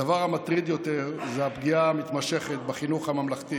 הדבר המטריד יותר זה הפגיעה המתמשכת בחינוך הממלכתי